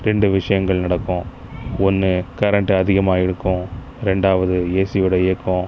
ரெண்டு விஷயங்கள் நடக்கும் ஒன்று கரண்ட்டு அதிகமாக இழுக்கும் ரெண்டாவது ஏசியோட இயக்கம்